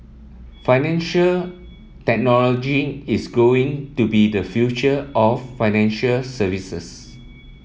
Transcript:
financial technology is going to be the future of financial services